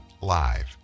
live